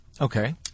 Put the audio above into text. Okay